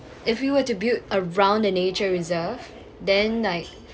if you were to build around the nature reserve then like